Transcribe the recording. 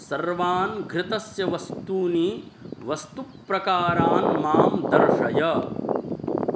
सर्वान् घृतस्य वस्तूनि वस्तुप्रकारान् मां दर्शय